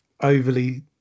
overly